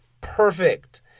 Perfect